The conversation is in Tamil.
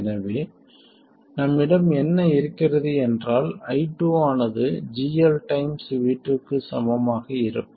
எனவே நம்மிடம் என்ன இருக்கிறது என்றால் i2 ஆனது GL டைம்ஸ் V2 க்கு சமமாக இருக்கும்